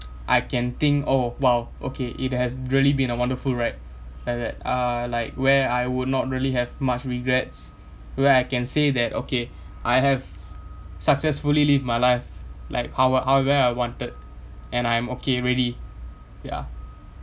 I can think oh !wow! okay it has really been a wonderful right like that uh like where I would not really have much regrets where I can say that okay I have successfully live my life like how~ however I wanted and I am okay ready ya